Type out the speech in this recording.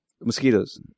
Mosquitoes